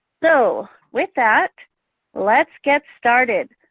so with that let's get started.